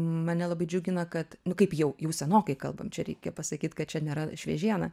mane labai džiugina kad kaip jau jau senokai kalbam čia reikia pasakyt kad čia nėra šviežiena